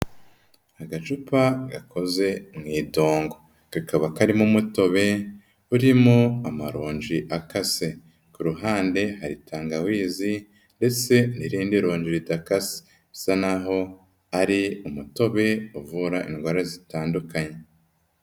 Agacupa gakoze mu idongo, kakaba karimo umutobe urimo amaronji akase, ku ruhande hari tangawizi ndetse n'irindi ronji ridakase, isa na ho ari umutobe uvura indwara zitandukanye.